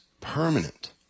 permanent